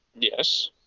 Yes